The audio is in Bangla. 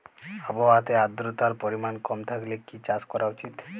আবহাওয়াতে আদ্রতার পরিমাণ কম থাকলে কি চাষ করা উচিৎ?